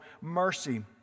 mercy